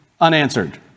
unanswered